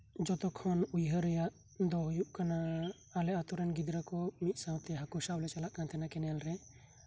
ᱡᱷᱚᱛᱚᱠᱷᱚᱱ ᱩᱭᱦᱟᱹᱨ ᱨᱮᱭᱟᱜ ᱫᱚ ᱦᱳᱭᱳᱜ ᱠᱟᱱᱟ ᱟᱞᱮ ᱟᱹᱛᱳᱨᱮᱱ ᱜᱤᱫᱽᱨᱟᱹ ᱠᱚ ᱢᱤᱫ ᱥᱟᱶᱛᱮ ᱦᱟᱹᱠᱳ ᱥᱟᱵᱞᱮ ᱪᱟᱞᱟᱜ ᱠᱟᱱ ᱛᱟᱦᱮᱱ ᱠᱮᱱᱮᱞ ᱨᱮ